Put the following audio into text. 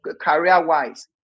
career-wise